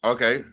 Okay